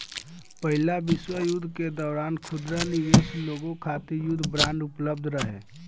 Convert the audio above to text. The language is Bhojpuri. पहिला विश्व युद्ध के दौरान खुदरा निवेशक लोग खातिर युद्ध बांड उपलब्ध रहे